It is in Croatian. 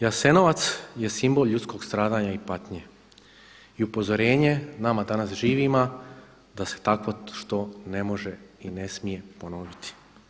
Jasenovac je simbol ljudskog stradanja i patnje i upozorenje nama danas živima da se takvo što ne može i ne smije ponoviti.